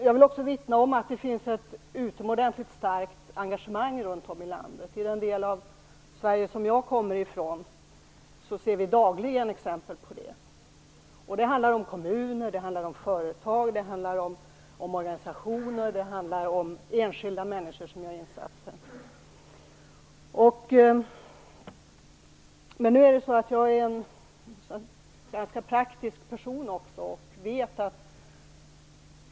Jag vill också vittna om att det finns ett utomordentligt starkt engagemang runt om i landet. I den del av Sverige som jag kommer ifrån ser vi dagligen exempel på det. Det handlar om kommuner, företag, organisationer och enskilda människor som gör insatser. Jag är en ganska praktisk person.